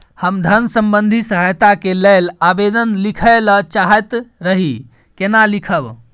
हम धन संबंधी सहायता के लैल आवेदन लिखय ल चाहैत रही केना लिखब?